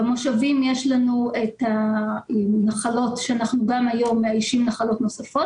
במושבים יש לנו את הנחלות כאשר גם היום אנחנו מאיישים נחלות נוספות